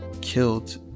killed